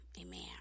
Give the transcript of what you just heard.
Amen